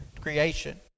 creation